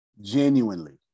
Genuinely